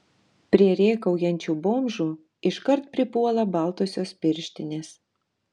prie rėkaujančių bomžų iškart pripuola baltosios pirštinės